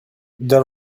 the